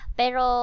pero